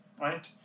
right